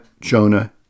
Jonah